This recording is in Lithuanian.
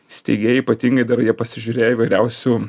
steigėjai ypatingai dar jie pasižiūrėję įvairiausių